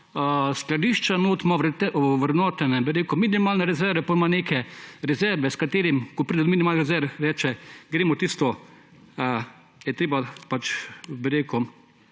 skladišče, notri ima ovrednotene minimalne rezerve, potem ima neke rezerve, o katerih, ko pride do minimalnih rezerv, reče, gremo na tisto, je treba količino